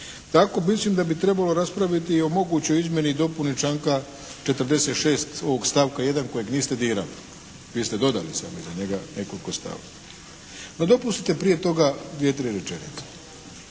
Tako mislim da bi trebalo raspraviti i o mogućoj izmjeni i dopuni članka 46. ovog stavka 1. kojeg niste dirali. Vi ste dodali samo iza njega nekoliko stavaka. No, dopustite prije toga dvije, tri rečenice.